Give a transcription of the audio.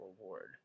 reward